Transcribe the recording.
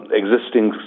existing